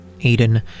Aiden